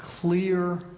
clear